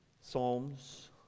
Psalms